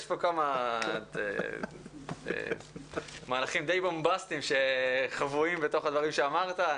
יש כאן כמה מהלכים די בומבסטיים שחבויים בתוך הדברים שאמרת.